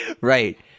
Right